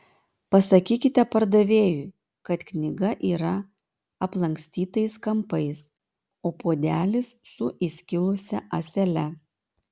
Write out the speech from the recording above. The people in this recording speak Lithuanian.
pasakykite pardavėjui kad knyga yra aplankstytais kampais o puodelis su įskilusia ąsele